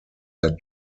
had